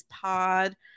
Pod